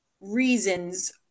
reasons